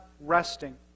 resting